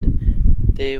they